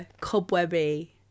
cobwebby